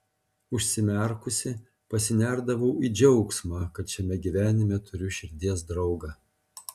užsimerkusi pasinerdavau į džiaugsmą kad šiame gyvenime turiu širdies draugą